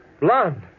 Blonde